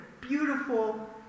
beautiful